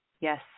Yes